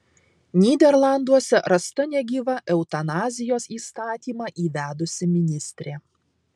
nyderlanduose rasta negyva eutanazijos įstatymą įvedusi ministrė